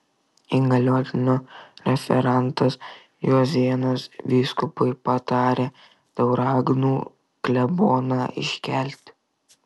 įgaliotinio referentas juozėnas vyskupui patarė tauragnų kleboną iškelti